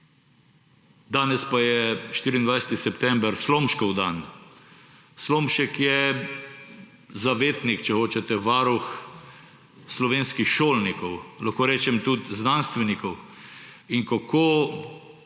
danes pa je 24. september, Slomškov dan. Slomšek je zavetnik, če hočete, varuh slovenskih šolnikov, lahko rečem tudi znanstvenikov in kako dober